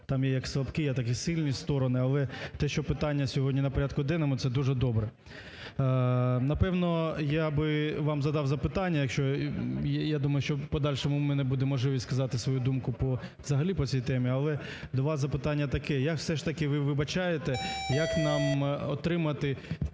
там є як слабкі, так і сильні сторони. Але те, що питання сьогодні на порядку денному, це дуже добре. Напевно, я би вам задав запитання, якщо, я думаю, що в подальшому у мене буде можливість сказати свою думку взагалі по цій темі. Але два запитання таких. Як все ж таки ви вбачаєте, як нам отримати